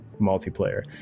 multiplayer